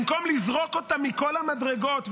במקום לזרוק אותה מכל המדרגות ולהגיד: